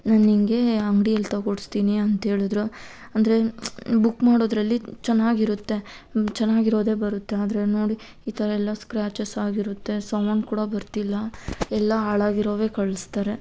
ನಾನು ನಿನಗೆ ಅಂಗ್ಡಿಯಲ್ಲಿ ತಗೋಡ್ಸ್ತೀನಿ ಅಂತೇಳಿದ್ರು ಅಂದರೆ ಬುಕ್ ಮಾಡೋದ್ರಲ್ಲಿ ಚೆನ್ನಾಗಿರುತ್ತೆ ಚೆನ್ನಾಗಿರೋದೇ ಬರುತ್ತೆ ಆದರೆ ನೋಡಿ ಈ ಥರಯೆಲ್ಲ ಸ್ಕ್ರ್ಯಾಚಸ್ ಆಗಿರುತ್ತೆ ಸೌಂಡ್ ಕೂಡ ಬರ್ತಿಲ್ಲ ಎಲ್ಲ ಹಾಳಾಗಿರೋವೇ ಕಳ್ಸ್ತಾರೆ